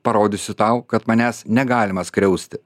parodysiu tau kad manęs negalima skriausti